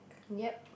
yep